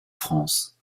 france